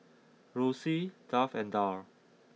Rossie Duff and Darl